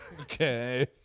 Okay